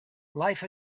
life